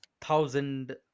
thousand